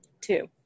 two